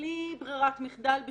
אם